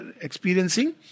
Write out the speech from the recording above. experiencing